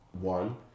one